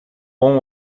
bom